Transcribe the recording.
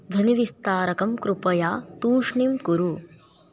ध्वनिविस्तारकं कृपया तूष्णीं कुरु